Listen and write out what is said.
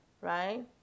right